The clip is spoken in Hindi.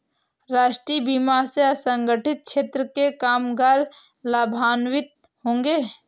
राष्ट्रीय बीमा से असंगठित क्षेत्र के कामगार लाभान्वित होंगे